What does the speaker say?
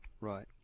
Right